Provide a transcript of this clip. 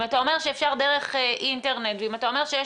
אם אתה אומר שאפשר דרך אינטרנט ואם אתה אומר שיש